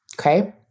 Okay